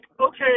okay